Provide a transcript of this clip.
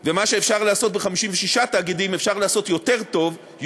ומה שאפשר לעשות ב-56 תאגידים אפשר לעשות טוב יותר,